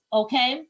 okay